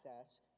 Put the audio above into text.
access